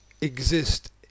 exist